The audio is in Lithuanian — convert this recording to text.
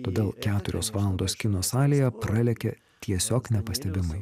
todėl keturios valandos kino salėje pralekia tiesiog nepastebimai